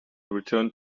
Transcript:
returned